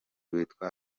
witwa